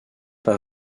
pas